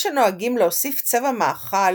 יש הנוהגים להוסיף צבע מאכל